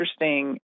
interesting